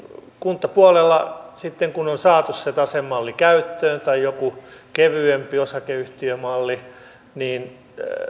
kuntapuolella sitten kun on saatu se tasemalli käyttöön tai joku kevyempi osakeyhtiömalli